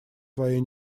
своей